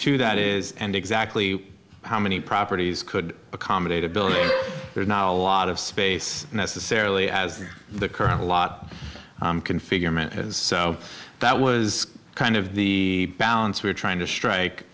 to that is and exactly how many properties could accommodate a building there now a lot of space necessarily as the current lot can figure meant so that was kind of the balance we're trying to strike